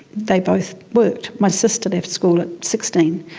they both worked. my sister left school at sixteen.